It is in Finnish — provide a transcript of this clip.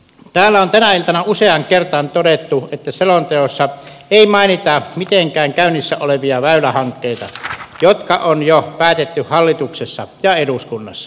täällä on tänä iltana useaan kertaan todettu että selonteossa ei mainita mitenkään käynnissä olevia väylähankkeita jotka on jo päätetty hallituksessa ja eduskunnassa